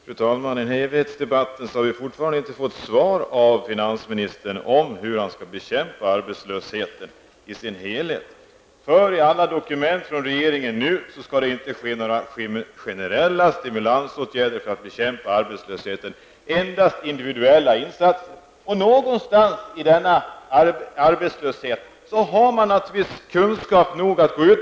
Fru talman! I denna evighetsdebatt har vi fortfarande inte fått något besked av finansministern om hur han tänker bekämpa arbetslösheten i dess helhet. Enligt alla dokument från regeringen skall inte några generella stimulansåtgärder vidtas för att bekämpa arbetslösheten, utan det blir endast individuella insatser.